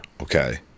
okay